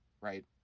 right